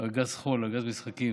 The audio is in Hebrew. ארגז חול, ארגז משחקים.